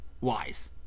Wise